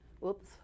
Whoops